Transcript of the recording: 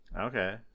Okay